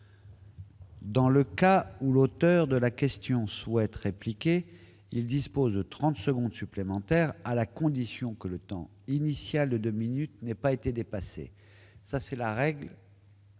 Dans le cas où l'auteur de la question souhaite répliquer, il dispose de trente secondes supplémentaires, à la condition que le temps initial de deux minutes n'ait pas été dépassé. Dans le